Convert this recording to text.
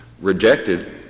rejected